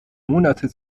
monate